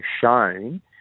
shown